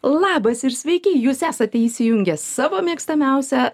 labas ir sveiki jūs esate įsijungę savo mėgstamiausią